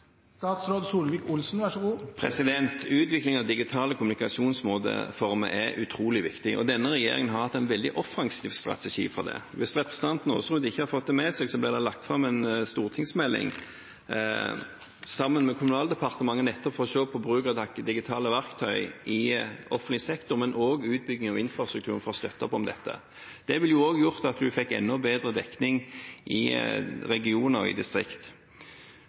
av digitale kommunikasjonsformer er utrolig viktig, og denne regjeringen har hatt en veldig offensiv strategi for det. Hvis representanten Aasrud ikke har fått det med seg, ble det lagt fram en stortingsmelding, av Kommunaldepartementet, nettopp for å se på bruk av digitale verktøy i offentlig sektor, men også utbygging av infrastrukturen for å støtte opp om dette. Det ville også ha gjort at vi fikk enda bedre dekning i regioner og i distrikt.